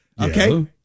Okay